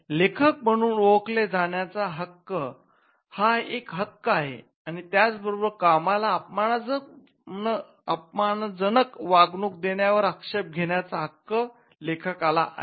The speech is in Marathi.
लेखक म्हणून ओळखले जाण्याचा हक्क हा एक हक्क आहे आणि त्याचबरोबर कामाला अपमानजनक वागणूक देण्या वर आक्षेप घेण्याचा हक्क लेखकाला आहे